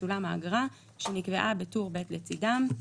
תשולם האגרה שנקבעה בטוב ב' לצידם.